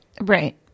Right